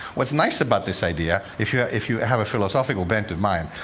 what's nice about this idea, if yeah if you have a philosophical bent of mind,